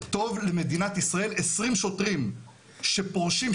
טוב למדינת ישראל 20 שוטרים שפורשים,